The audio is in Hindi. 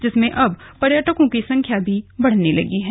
जिसमे अब पर्यटकों की संख्या भी बढ़ने लगी है